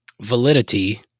Validity